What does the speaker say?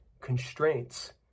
constraints